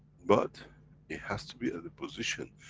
but it has to be at the position,